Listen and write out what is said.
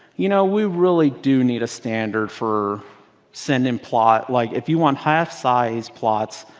you know, we really do need a standard for sending plot. like, if you want half size plots,